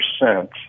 percent